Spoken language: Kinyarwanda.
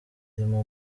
irimo